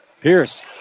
Pierce